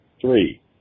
three